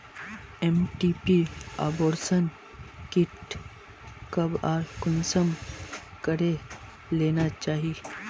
MTP abortion kit कब आर कुंसम करे लेना चही?